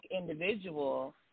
individual